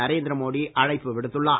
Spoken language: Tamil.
நரேந்திர மோடி அழைப்பு விடுத்துள்ளார்